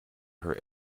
her